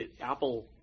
Apple